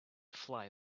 fly